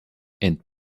ent